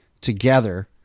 together